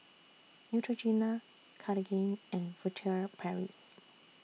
Neutrogena Cartigain and Furtere Paris